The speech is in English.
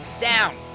down